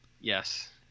Yes